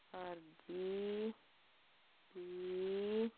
ਅਰਜ਼ੀ ਦੀ